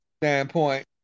standpoint